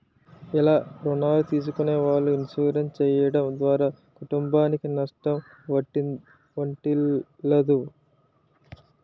ఇల్ల రుణాలు తీసుకునే వాళ్ళు ఇన్సూరెన్స్ చేయడం ద్వారా కుటుంబానికి నష్టం వాటిల్లదు